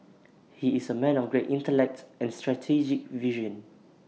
he is A man of great intellect and strategic vision